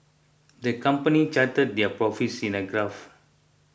the company charted their profits in a graph